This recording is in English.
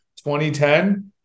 2010